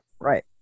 right